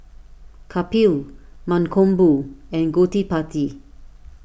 Kapil Mankombu and Gottipati